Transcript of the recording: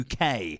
UK